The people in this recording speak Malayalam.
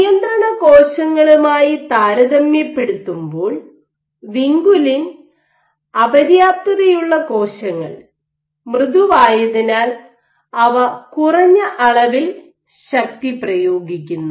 നിയന്ത്രണകോശങ്ങളുമായി താരതമ്യപ്പെടുത്തുമ്പോൾ വിൻകുലിൻ അപര്യാപ്തതയുള്ള കോശങ്ങൾ മൃദുവായതിനാൽ അവ കുറഞ്ഞ അളവിൽ ശക്തി പ്രയോഗിക്കുന്നു